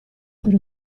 per